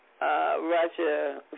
Russia